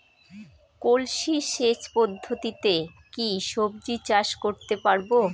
কলসি সেচ পদ্ধতিতে কি সবজি চাষ করতে পারব?